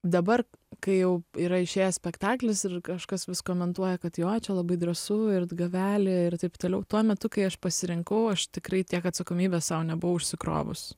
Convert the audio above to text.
dabar kai jau yra išėjęs spektaklis ir kažkas vis komentuoja kad jo čia labai drąsu ir gavelį ir taip toliau tuo metu kai aš pasirinkau aš tikrai tiek atsakomybės sau nebuvau užsikrovus